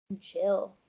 chill